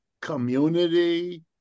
community